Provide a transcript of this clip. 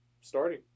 starting